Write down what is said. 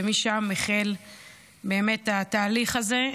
ומשם החל התהליך הזה.